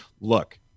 look